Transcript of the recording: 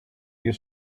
you